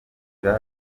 jean